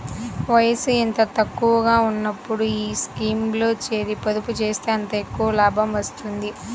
వయసు ఎంత తక్కువగా ఉన్నప్పుడు ఈ స్కీమ్లో చేరి, పొదుపు చేస్తే అంత ఎక్కువ లాభం వస్తుంది